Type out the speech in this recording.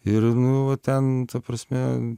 ir nu va ten ta prasme